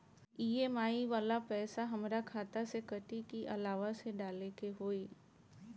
EMI वाला पैसा हाम्रा खाता से कटी की अलावा से डाले के होई?